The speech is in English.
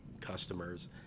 customers